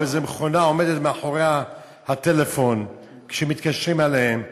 איזה מכונה עומדת מאחורי הטלפון כשמתקשרים אליהם,